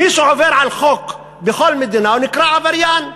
מי שעובר על חוק בכל מדינה נקרא עבריין.